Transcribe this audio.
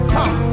Come